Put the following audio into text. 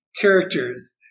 characters